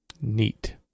Neat